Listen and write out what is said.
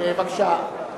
בבקשה,